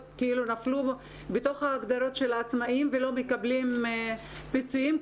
כאילו נפלו בתוך ההגדרות של העצמאים ולא מקבלים פיצויים,